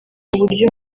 uburyo